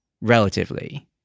Relatively